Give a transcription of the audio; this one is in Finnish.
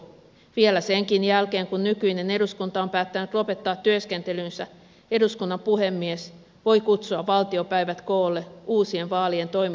vielä senkin jälkeen kun nykyinen eduskunta on päättänyt lopettaa työskentelynsä eduskunnan puhemies voi kutsua valtiopäivät koolle uusien vaalien toimittamiseen saakka